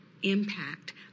impact